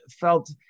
felt